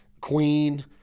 Queen